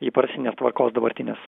įprastinės tvarkos dabartinės